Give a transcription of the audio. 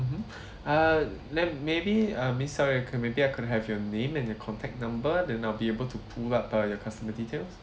mmhmm uh then maybe uh miss sorry can maybe I could have your name and your contact number then I will be able to pull up uh your customer details